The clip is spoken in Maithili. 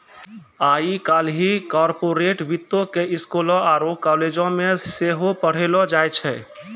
आइ काल्हि कार्पोरेट वित्तो के स्कूलो आरु कालेजो मे सेहो पढ़ैलो जाय छै